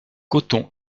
coton